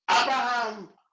Abraham